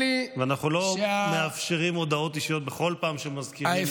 ואנחנו לא מאפשרים הודעות אישיות בכל פעם שמזכירים שם של מישהו.